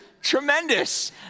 tremendous